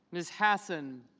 ms. hassan